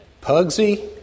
Pugsy